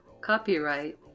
Copyright